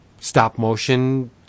stop-motion